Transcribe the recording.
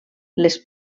les